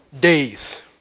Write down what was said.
days